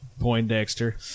poindexter